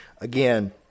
again